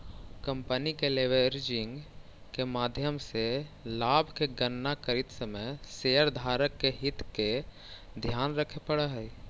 company के leveraging के माध्यम से लाभ के गणना करित समय शेयरधारक के हित के ध्यान रखे पड़ऽ हई